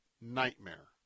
nightmare